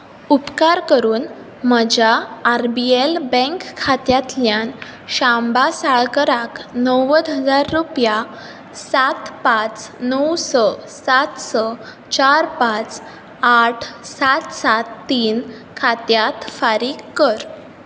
उपकार करून म्हज्या आर बी एल बँक खात्यांतल्यान शांबा साळकाराक णव्वद हजार रुपया सात पांच णव स सात स चार पांच आठ सात सात तीन खात्यांत फारीक कर